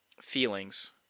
feelings